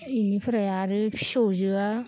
इनिफ्राय आरो फिसौजोआ